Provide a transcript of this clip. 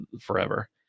forever